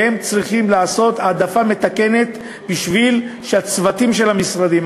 והם צריכים לעשות העדפה מתקנת כדי שהצוותים של המשרדים,